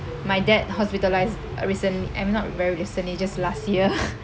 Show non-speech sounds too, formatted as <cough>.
my dad hospitalised uh recent~ um not very recently just last year <laughs>